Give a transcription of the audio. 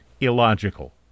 illogical